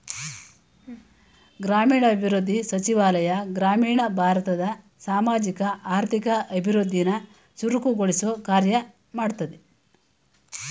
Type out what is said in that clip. ಗ್ರಾಮೀಣಾಭಿವೃದ್ಧಿ ಸಚಿವಾಲಯ ಗ್ರಾಮೀಣ ಭಾರತದ ಸಾಮಾಜಿಕ ಆರ್ಥಿಕ ಅಭಿವೃದ್ಧಿನ ಚುರುಕುಗೊಳಿಸೊ ಕಾರ್ಯ ಮಾಡ್ತದೆ